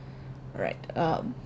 right um